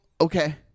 okay